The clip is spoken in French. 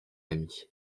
ami